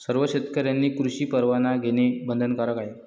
सर्व शेतकऱ्यांनी कृषी परवाना घेणे बंधनकारक आहे